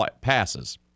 passes